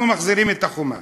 אנחנו מחזירים את החומה.